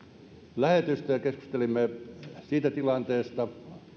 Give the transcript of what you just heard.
lähetystöä ja keskustelimme siitä tilanteesta